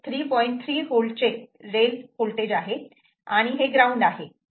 3 V चे रेल आहे आणि हे ग्राउंड आहे